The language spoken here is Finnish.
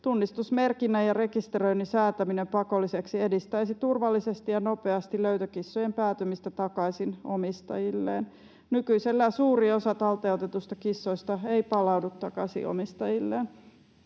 Tunnistusmerkinnän ja rekisteröinnin säätäminen pakolliseksi edistäisi turvallisesti ja nopeasti löytökissojen päätymistä takaisin omistajilleen. Nykyisellään suuri osa talteen otetuista kissoista ei palaudu takaisin omistajilleen.